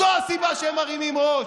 זו הסיבה שהם מרימים ראש.